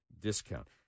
discount